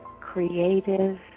creative